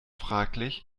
fraglich